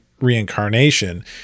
reincarnation